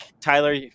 Tyler